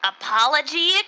Apology